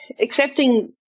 accepting